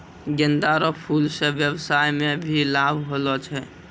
गेंदा रो फूल से व्यबसाय मे भी लाब होलो छै